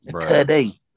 Today